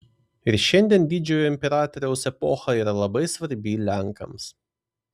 ir šiandien didžiojo imperatoriaus epocha yra labai svarbi lenkams